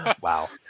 Wow